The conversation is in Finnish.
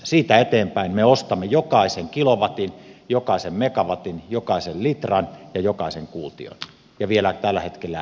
siitä eteenpäin me ostamme jokaisen kilowatin jokaisen megawatin jokaisen litran ja jokaisen kuution ja vielä tällä hetkellä velaksi